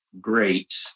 great